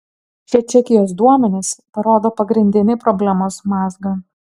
šie čekijos duomenys parodo pagrindinį problemos mazgą